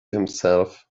himself